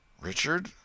Richard